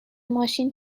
ماشین